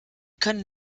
können